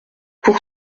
pour